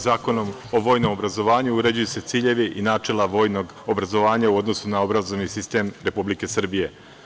Zakonom o vojnom obrazovanju uređuju se ciljevi i načela vojnog obrazovanja u odnosu na obrazovni sistem Republike Srbije.